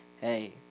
hey